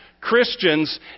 Christians